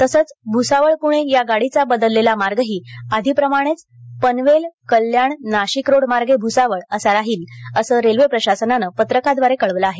तसंच भूसावळ पुणे या गाडीचा बदललेला मार्गही आधीप्रमाणेच पनवेल कल्याण नाशिकरोड मार्गे भूसावळ असा राहील असं रेल्वे प्रशासनानं पत्रकाद्वारे कळवलं आहे